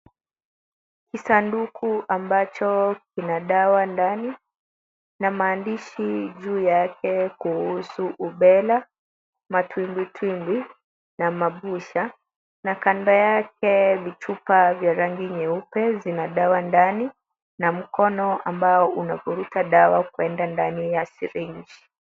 Ni kisanduku ambacho kina dawa ndani na maandishi juu yake kuhusu rubela, matubwitubwi na mabucha na kando yake vichupa vya rangi nyeupe zina dawa ndani na mkono ambao unavuruta dawa kwenda ndani ya syringe .